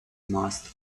most